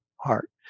Heart